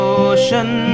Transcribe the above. ocean